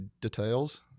Details